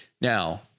Now